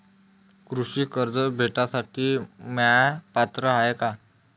कृषी कर्ज भेटासाठी म्या पात्र हाय का?